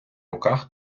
руках